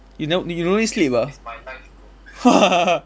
you no you no need sleep ah